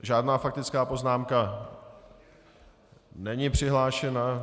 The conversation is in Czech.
Žádná faktická poznámka není přihlášena.